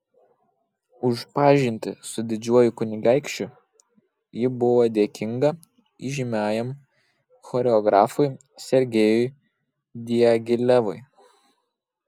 už pažintį su didžiuoju kunigaikščiu ji buvo dėkinga įžymiajam choreografui sergejui diagilevui